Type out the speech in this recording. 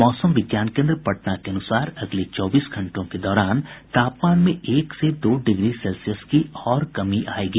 मौसम विज्ञान केन्द्र पटना के अनुसार अगले चौबीस घंटों के दौरान तापमान में एक से दो डिग्री सेल्सियस की और कमी आयेगी